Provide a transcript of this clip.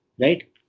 right